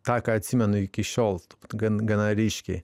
tą ką atsimenu iki šiol gan gana ryškiai